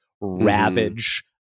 ravage